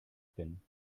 bin